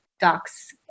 docs